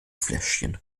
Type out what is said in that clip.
fläschchen